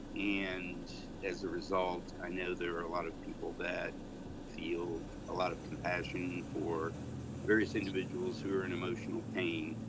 and as a result, i know there are a lot of people that feel a lot of compassion for various individuals who are in emotional pain.